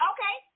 Okay